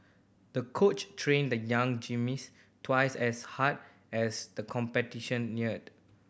the coach trained the young gymnast twice as hard as the competition neared